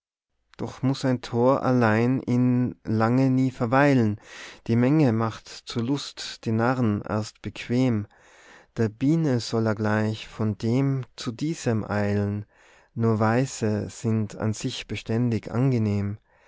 doch muß ein tor allein ihn lange nie verweilen die menge macht zur lust die narren erst bequem der biene soll er gleich von dem zu diesem eilen nur weise sind an sich beständig angenehm